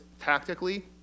tactically